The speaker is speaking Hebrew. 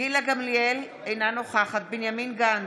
גילה גמליאל, אינה נוכחת בנימין גנץ,